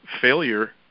failure